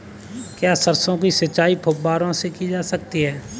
क्या सरसों की सिंचाई फुब्बारों से की जा सकती है?